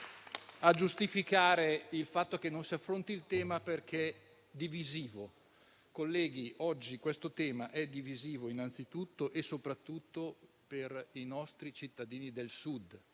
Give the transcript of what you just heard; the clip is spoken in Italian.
a giustificare il fatto che non si affronti il tema perché divisivo. Colleghi, oggi questo tema è divisivo innanzitutto e soprattutto per i nostri cittadini del Sud,